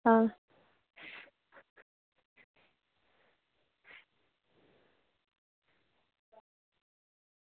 आं